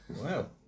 wow